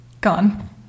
gone